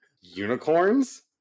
unicorns